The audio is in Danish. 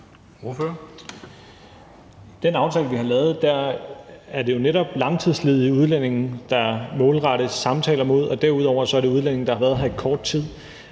den aftale, vi har lavet, er det jo netop langtidsledige udlændinge, der målrettes samtaler mod, og derudover er det udlændinge, der har været her i kort tid.